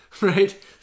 Right